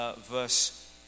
Verse